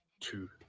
two